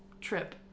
trip